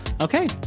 Okay